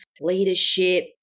leadership